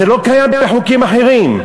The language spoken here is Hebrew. זה לא קיים בחוקים אחרים,